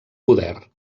poder